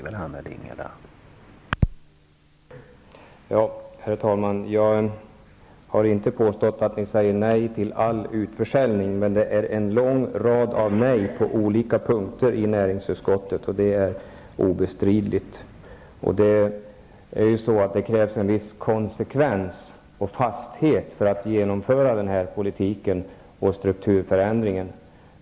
Herr talman! Jag har inte påstått att ni säger nej till all utförsäljning. Men att ni sagt en lång rad nej på en rad punkter i näringsutskottet är obestridligt. Det krävs en viss konsekvens och fasthet för att genomföra denna politik och strukturförändring.